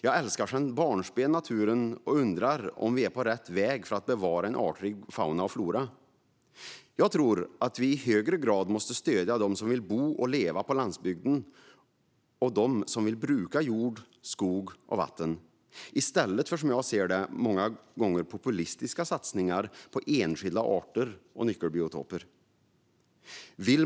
Jag älskar sedan barnsben naturen och undrar om vi är på rätt väg för att bevara en artrik fauna och flora. Jag tror att vi i högre grad måste stödja dem som vill bo och leva på landsbygden och dem som vill bruka jord, skog och vatten, i stället för som jag ser det många gånger populistiska satsningar på enskilda arter och nyckelbiotoper. "